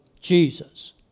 Jesus